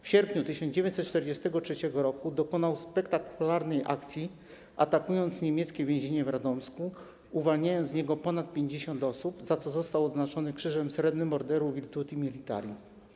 W sierpniu 1943 r. zorganizował spektakularną akcję, atakując niemieckie więzienie w Radomsku i uwalniając z niego ponad 50 osób, za co został odznaczony Krzyżem Srebrnym Orderu Virtuti Militari.